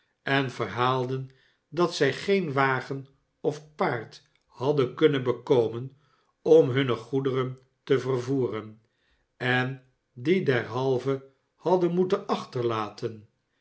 en verhaalden dat zij geen wagen of paard hadden kunnen bekomen om hunne goederen te vervoeren en die derhalve hadden moeten achterlaten